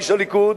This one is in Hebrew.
איש הליכוד,